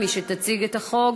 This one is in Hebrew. מי שתציג את החוק,